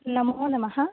नमो नमः